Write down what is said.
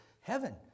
heaven